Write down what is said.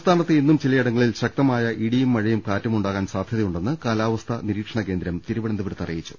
സംസ്ഥാനത്ത് ഇന്നും ചിലയിടങ്ങളിൽ ശക്തമായ ഇടിയും മഴയും കാറ്റും ഉണ്ടാകാൻ സാധൃതയുണ്ടെന്ന് കാലാവസ്ഥാ നിരീക്ഷണ കേന്ദ്രം തിരുവനന്തപുരത്ത് അറിയിച്ചു